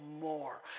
more